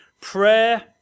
prayer